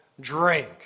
drink